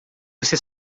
você